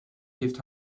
heeft